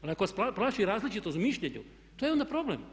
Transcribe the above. Ali ako vas plaši različitost u mišljenju to je onda problem.